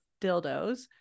dildos